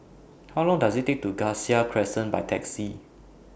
How Long Does IT Take to get to Cassia Crescent By Taxi